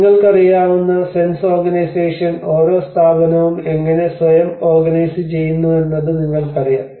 നിങ്ങൾക്കറിയാവുന്ന sense organisation ഓരോ സ്ഥാപനവും എങ്ങനെ സ്വയം ഓർഗനൈസു ചെയ്യുന്നുവെന്നത് നിങ്ങൾക്കറിയാം